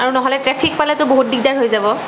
আৰু নহ'লে ট্ৰেফিক পালেটো বহুত দিগদাৰ হৈ যাব